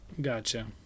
Gotcha